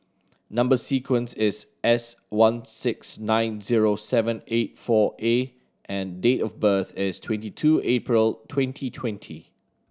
number sequence is S one six nine zero seven eight four A and date of birth is twenty two April twenty twenty